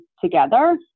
together